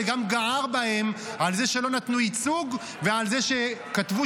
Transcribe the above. הוא גם גער בהם על זה שלא נתנו ייצוג ועל זה שכתבו